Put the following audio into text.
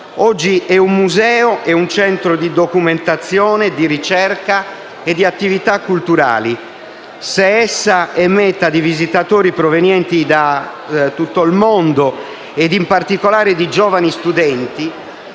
Oggi è un museo e un centro di documentazione, di ricerca e di attività culturali. Se essa è meta di visitatori provenienti da tutto il mondo, e in particolare di giovani studenti,